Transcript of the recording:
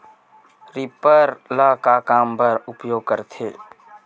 Reaper ल का काम बर उपयोग करे जाथे?